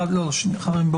חברים,